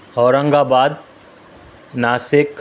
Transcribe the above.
Aurangabad Nashik